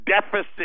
deficit